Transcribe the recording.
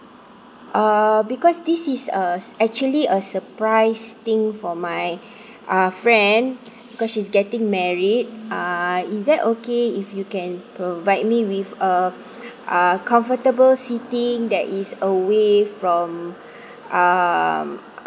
uh because this is a actually a surprise thing for my uh friend because she's getting married uh is that okay if you can provide me with a uh comfortable sitting that is away from um